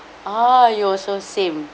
orh you also same